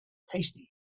tasty